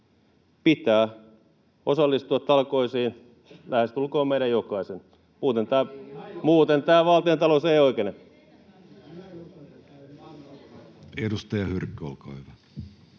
pitää osallistua talkoisiin lähestulkoon meidän jokaisen. Muuten tämä valtiontalous ei oikene. Edustaja Hyrkkö, olkaa hyvä.